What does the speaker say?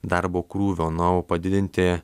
darbo krūvio na o padidinti